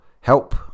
help